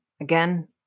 Again